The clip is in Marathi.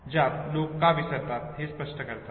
ज्यात लोक का विसरतात हे स्पष्ट करतात